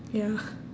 ya